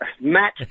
Matt